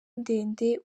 ndende